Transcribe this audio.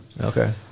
Okay